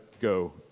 go